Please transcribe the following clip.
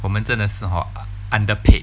我们真的是 hor underpaid